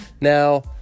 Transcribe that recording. Now